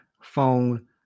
phone